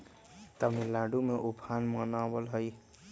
तमिलनाडु में उफान मनावल जाहई